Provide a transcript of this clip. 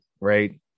right